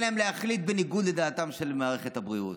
להם להחליט בניגוד לדעתה של מערכת הבריאות,